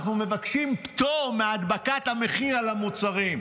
אנחנו מבקשים פטור מהדבקת המחיר על המוצרים.